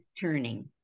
turning